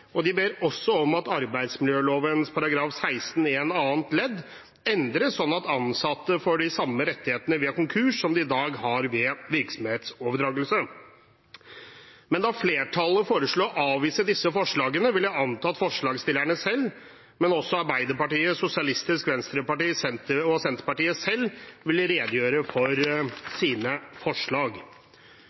omgått». De ber også om at arbeidsmiljøloven § 16-1 annet ledd endres, slik at ansatte får de samme rettighetene ved konkurs som de i dag har ved virksomhetsoverdragelse. Da flertallet foreslår å avvise disse forslagene, vil jeg anta at forslagsstillerne selv, men også Arbeiderpartiet, Sosialistisk Venstreparti og Senterpartiet vil redegjøre for sine forslag.